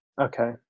Okay